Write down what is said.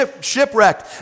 shipwrecked